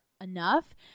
enough